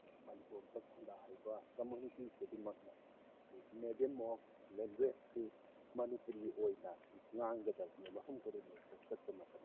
ꯃꯅꯤꯄꯨꯔꯗ ꯈꯨꯟꯗꯥꯔꯤꯕ ꯀꯝꯃꯨꯅꯤꯇꯤ ꯈꯨꯗꯤꯡꯃꯛꯅ ꯃꯦꯗꯤꯌꯝ ꯑꯣꯐ ꯂꯦꯡꯒ꯭ꯋꯦꯖꯁꯤ ꯃꯅꯤꯄꯨꯔꯤ ꯑꯣꯏꯅ ꯉꯥꯡꯒꯗꯕꯅꯤ ꯃꯐꯝ ꯈꯨꯗꯤꯡꯃꯛꯇ ꯆꯠꯄ ꯃꯇꯝꯗ